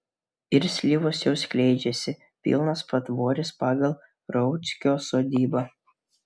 ir slyvos jau skleidžiasi pilnas patvorys pagal rauckio sodybą